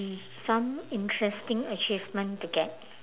some interesting achievement to get